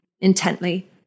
intently